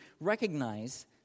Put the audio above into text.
recognize